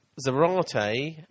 Zarate